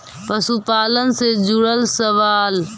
पशुपालन से जुड़ल सवाल?